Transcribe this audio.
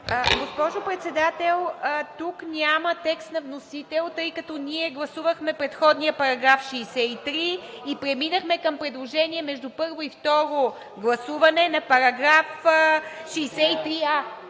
Госпожо Председател, тук няма текст на вносител, тъй като ние гласувахме предходния § 63 и преминахме към предложение между първо и второ гласуване на § 63а,